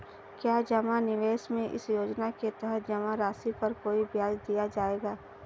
क्या जमा निवेश में इस योजना के तहत जमा राशि पर कोई ब्याज दिया जाएगा?